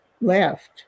left